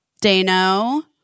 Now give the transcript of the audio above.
Dano